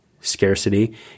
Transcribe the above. scarcity